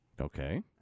Okay